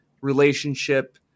relationship